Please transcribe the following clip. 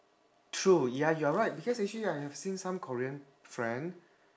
true ya you're right because actually I have seen some korean friend